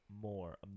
more